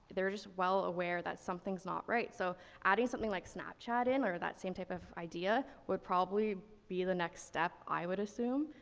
they're just well aware that something's not right. so adding something like snapchat in, or that same type of idea, would probably be the next step, i would assume.